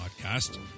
podcast